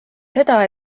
seda